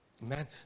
man